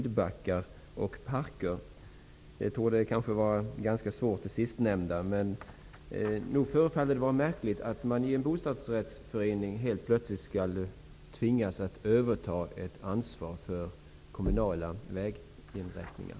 Det sistnämnda torde vara ganska svårt. Nog förefaller det märkligt att man i en bostadsrättsförening helt plötsligt skall tvingas överta ansvar för kommunala väginrättningar.